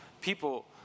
people